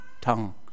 tongue